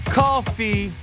coffee